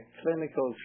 clinical